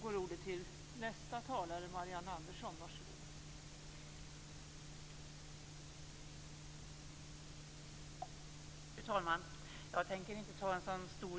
Fru talman!